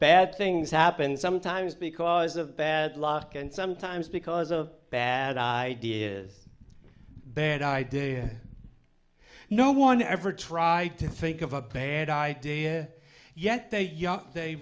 bad things happen sometimes because of bad luck and sometimes because of bad ideas bad idea no one ever tried to think of a bad idea yet they